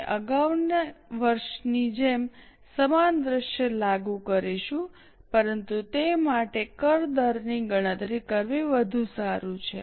અમે અગાઉના વર્ષની જેમ સમાન દૃશ્ય લાગુ કરીશું પરંતુ તે માટે કર દરની ગણતરી કરવી વધુ સારું છે